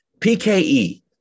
PKE